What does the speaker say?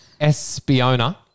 Espiona